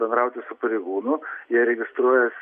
bendrauti su pareigūnu jie registruojas